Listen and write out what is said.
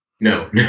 No